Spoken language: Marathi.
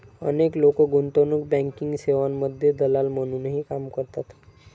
अनेक लोक गुंतवणूक बँकिंग सेवांमध्ये दलाल म्हणूनही काम करतात